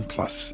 Plus